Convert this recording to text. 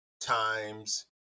times